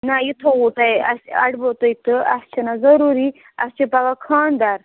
نہ یہِ تھوٚووُ تۄہہِ اَسہِ اَڑبو تُہۍ تہٕ اَسہِ چھِنا ضٔروٗری اَسہِ چھِ پَگاہ خانٛدر